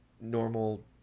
normal